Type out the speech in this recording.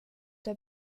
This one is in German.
der